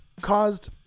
caused